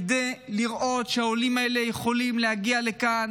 כדי לראות שהעולים האלה יכולים להגיע לכאן